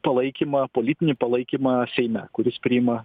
palaikymą politinį palaikymą seime kuris priima